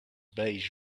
beige